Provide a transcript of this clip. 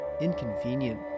inconvenient